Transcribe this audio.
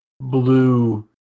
blue